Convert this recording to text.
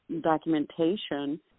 documentation